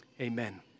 Amen